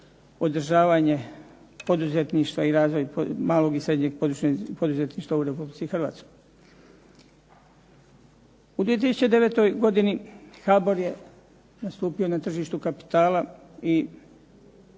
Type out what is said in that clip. održavanje poduzetništva i razvoj malog i srednjeg poduzetništva u Republici Hrvatskoj. U 2009. godini HBOR je nastupio na tržištu kapitala i